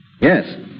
Yes